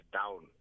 down